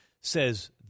says